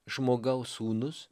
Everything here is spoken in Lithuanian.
žmogaus sūnus